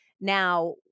Now